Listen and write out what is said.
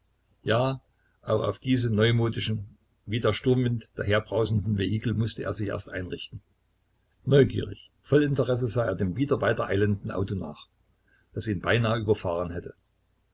ja auch auf diese neumodischen wie der sturmwind daherbrausenden vehikel mußte er sich erst einrichten neugierig voll interesse sah er dem wieder weitereilenden auto nach das ihn beinahe überfahren hätte